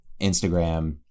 Instagram